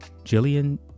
Jillian